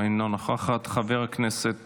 אינה נוכחת, חבר הכנסת